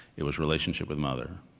it was relationship with mother,